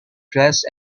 dress